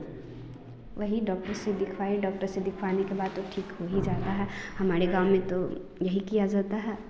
वही डॉक्टर से दिखवाइए डॉक्टर से दिखवाने के बाद तो ठीक हो ही जाता है हमारे गाँव में तो यही किया जाता है